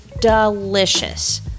Delicious